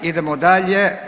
Idemo dalje.